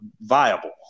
viable